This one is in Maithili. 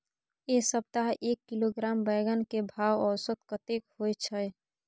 ऐ सप्ताह एक किलोग्राम बैंगन के भाव औसत कतेक होय छै?